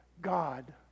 God